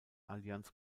allianz